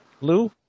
Lou